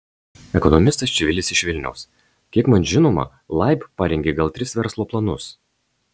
ekonomistas čivilis iš vilniaus kiek man žinoma laib parengė gal tris verslo planus